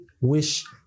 wish